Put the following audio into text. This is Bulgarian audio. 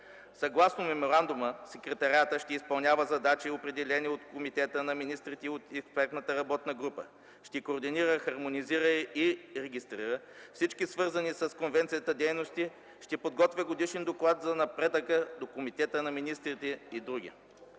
Съгласно Меморандума Секретариатът ще изпълнява задачи, определени от Комитета на министрите и от Експертната работна група, ще координира, хармонизира и регистрира всички свързани с конвенцията дейности, ще подготвя годишен доклад за напредъка до Комитета на министрите и др.